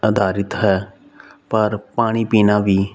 ਅਧਾਰਿਤ ਹੈ ਪਰ ਪਾਣੀ ਪੀਣਾ ਵੀ